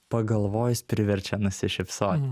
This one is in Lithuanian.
pagalvojus priverčia nusišypsoti